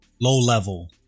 low-level